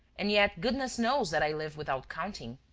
and yet goodness knows that i live without counting!